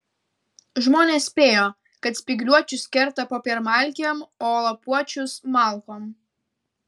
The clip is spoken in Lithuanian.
žmonės spėjo kad spygliuočius kerta popiermalkėm o lapuočius malkom